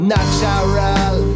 Natural